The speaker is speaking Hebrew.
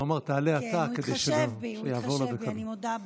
הוא אמר: תעלה אתה, כדי שיעבור לה,